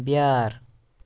بیٛار